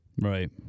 Right